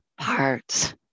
parts